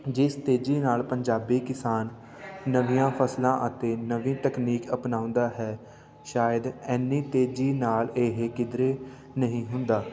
ਜਿਸ ਤੇਜ਼ੀ ਨਾਲ ਪੰਜਾਬੀ ਕਿਸਾਨ ਨਵੀਆਂ ਫਸਲਾਂ ਅਤੇ ਨਵੀਂ ਟੈਕਨੀਕ ਅਪਣਾਉਂਦਾ ਹੈ ਸ਼ਾਇਦ ਇੰਨੀ ਤੇਜ਼ੀ ਨਾਲ ਇਹ ਕਿਧਰੇ ਨਹੀਂ ਹੁੰਦਾ